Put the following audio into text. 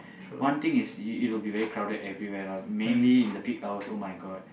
one thing is it will be very crowded everywhere lah mainly in the peak hours [oh]-my-god